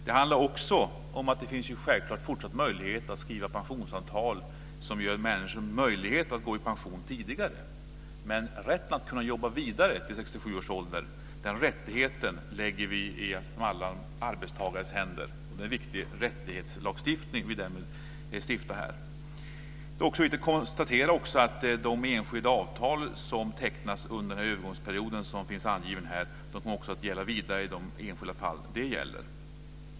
Det handlar också om att det självklart finns fortsatt möjlighet att skriva pensionsavtal som ger människor möjlighet att gå i pension tidigare. Men rättigheten att jobba vidare till 67 års ålder lägger vi i alla arbetstagares händer. Det är en viktig rättighetslagstiftning som vi därmed stiftar här. Det är också viktigt att konstatera att de enskilda avtal som tecknas under den övergångsperiod som finns angiven här också kommer att gälla i fortsättningen i de enskilda fallen.